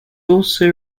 also